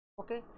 Okay